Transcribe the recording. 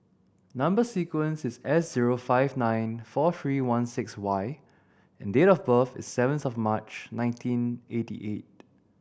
number sequence is S zero five nine four three one six Y and date of birth is seventh of March nineteen eighty eight